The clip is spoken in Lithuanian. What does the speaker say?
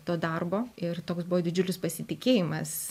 to darbo ir toks buvo didžiulis pasitikėjimas